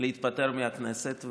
להתפטר מהכנסת.